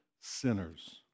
sinners